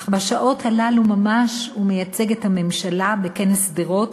אך בשעות הללו ממש הוא מייצג את הממשלה בכנס שדרות,